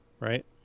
right